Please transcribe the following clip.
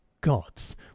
gods